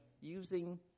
using